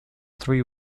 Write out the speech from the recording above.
three